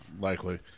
Likely